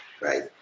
Right